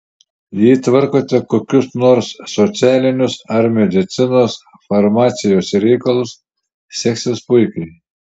jei tvarkote kokius nors socialinius ar medicinos farmacijos reikalus seksis puikiai